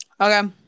Okay